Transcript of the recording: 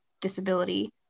disability